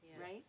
right